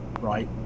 right